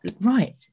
right